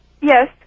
Yes